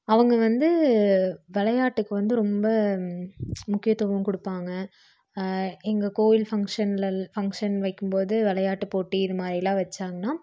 அவங்க வந்து விளையாட்டுக்கு வந்து ரொம்ப முக்கியத்துவம் கொடுப்பாங்க எங்கள் கோவில் ஃபங்க்ஷன்லல் ஃபங்க்ஷன் வைக்கும்போது விளையாட்டு போட்டி இது மாதிரிலாம் வச்சாங்கனா